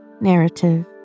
Narrative